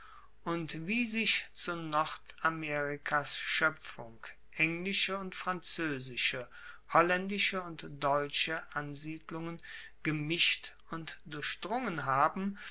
und wie sich zu nordamerikas schoepfung englische und franzoesische hollaendische und deutsche ansiedlungen gemischt und durchdrungen haben